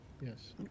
Yes